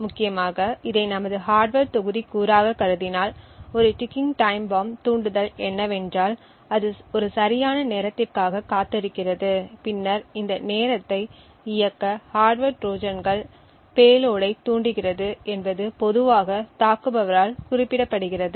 முக்கியமாக இதை நமது ஹார்ட்வர் தொகுதிக்கூறாகக் கருதினால் ஒரு டிக்கிங் டைம் பாம்ப் தூண்டுதல் என்னவென்றால் அது ஒரு சரியான நேரத்திற்காகக் காத்திருக்கிறது பின்னர் இந்த நேரத்தை இயக்க ஹார்ட்வர் டிராஜன்கள் பேலோடைத் தூண்டுகிறது என்பது பொதுவாக தாக்குபவரால் குறிப்பிடப்படுகிறது